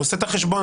הוא עושה את החשבון.